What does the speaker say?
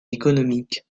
économiques